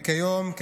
וכיום,